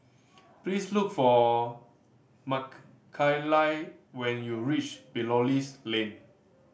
please look for Mckayla when you reach Belilios Lane